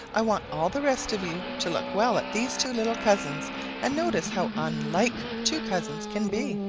i want all the rest of you to look well at these two little cousins and notice how unlike two cousins can be,